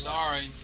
Sorry